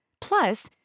plus